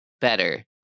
better